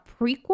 prequel